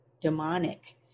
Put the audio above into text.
demonic